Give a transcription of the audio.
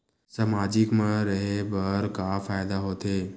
सामाजिक मा रहे बार का फ़ायदा होथे?